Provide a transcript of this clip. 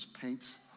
paints